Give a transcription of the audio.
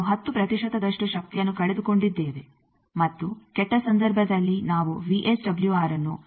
ನಾವು 10 ಪ್ರತಿಶತದಷ್ಟು ಶಕ್ತಿಯನ್ನು ಕಳೆದುಕೊಂಡಿದ್ದೇವೆ ಮತ್ತು ಕೆಟ್ಟ ಸಂದರ್ಭದಲ್ಲಿ ನಾವು ವಿಎಸ್ಡಬಲ್ಯುಆರ್ ಅನ್ನು 1